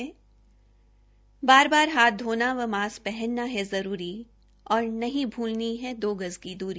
बार बार हाथ धोना व मास्क पहनना है जरूरी और नहीं भूलनी है दो गज की द्री